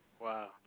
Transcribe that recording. Wow